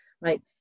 right